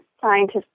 Scientists